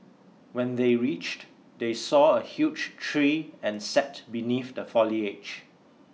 when they reached they saw a huge tree and sat beneath the foliage